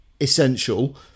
essential